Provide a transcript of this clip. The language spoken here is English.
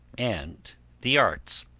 and the arts.